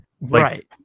right